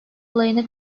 olayını